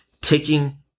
taking